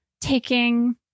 taking